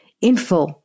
info